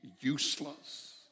useless